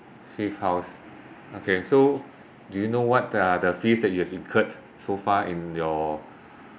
fifth house okay so do you know what are the fees that you have incurred so far in your